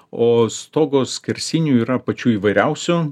o stogo skersinių yra pačių įvairiausių